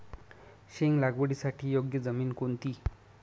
शेंग लागवडीसाठी योग्य जमीन कोणती?